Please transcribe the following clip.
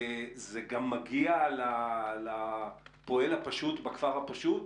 זה גם מגיע לפועל הפשוט בכפר הפשוט?